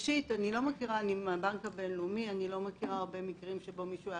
לא מכירה בבנק הבינלאומי הרבה מקרים שבהם מישהו היה